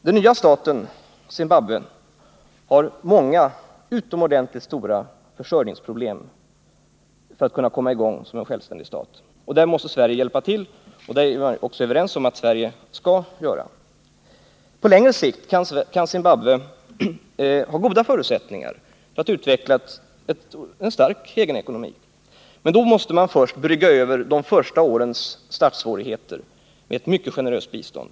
Den nya staten Zimbabwe har många stora försörjningsproblem när det gäller att komma i gång som en självständig stat. Där måste Sverige hjälpa till — och vi är också överens om att Sverige skall göra det. På längre sikt kan Zimbabwe ha goda förutsättningar att utveckla en stark egenekonomi, men då måste man först brygga över de första årens startsvårigheter med ett mycket generöst bistånd.